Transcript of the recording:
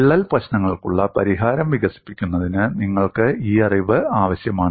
വിള്ളൽ പ്രശ്നങ്ങൾക്കുള്ള പരിഹാരം വികസിപ്പിക്കുന്നതിന് നിങ്ങൾക്ക് ഈ അറിവ് ആവശ്യമാണ്